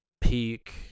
peak